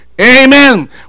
Amen